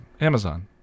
Amazon